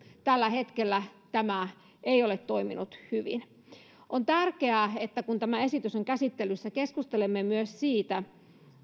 tällä hetkellä tämä ei ole toiminut hyvin on tärkeää että kun tämä esitys on käsittelyssä keskustelemme myös siitä